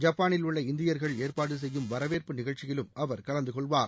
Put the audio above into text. ஜப்பானில் உள்ள இந்தியர்கள் ஏற்பாடு செய்யும் வரவேற்பு நிகழ்ச்சியிலும் அவர் கலந்து கொள்வார்